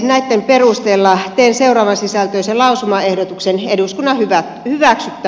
näitten perusteella teen seuraavansisältöisen lausumaehdotuksen eduskunnan hyväksyttäväksi